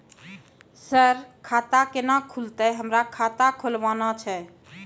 Sir खाता केना खुलतै, हमरा खाता खोलवाना छै?